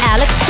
Alex